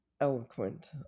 eloquent